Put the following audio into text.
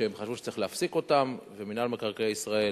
שהם חשבו שצריך להפסיק אותן, ומינהל מקרקעי ישראל